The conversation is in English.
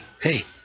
Hey